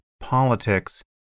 politics